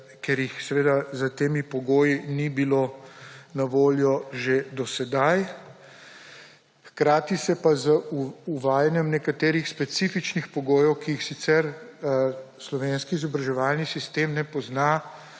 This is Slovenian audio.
ker jih seveda s temi pogoji ni bilo na voljo že do sedaj. Hkrati se pa z uvajanjem nekaterih specifičnih pogojev, ki jih sicer slovenski izobraževalni sistem ne pozna,